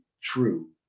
true